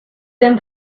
them